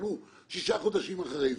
אנחנו שבעה חודשים אחרי זה.